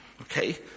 Okay